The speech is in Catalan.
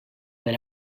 per